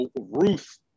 Ruth